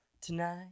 tonight